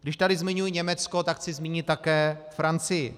Když tady zmiňuji Německo, tak chci zmínit také Francii.